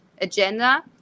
agenda